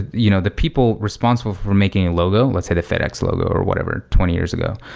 you know the people responsible for making a logo, let's say the fedex logo or whatever, twenty years ago.